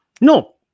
No